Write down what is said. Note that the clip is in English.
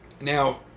Now